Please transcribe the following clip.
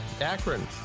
Akron